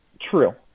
True